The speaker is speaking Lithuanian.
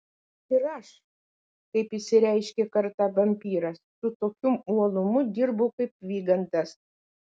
ir aš kaip išsireiškė kartą vampyras su tokiu uolumu dirbu kaip vygandas